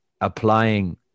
applying